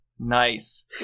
Nice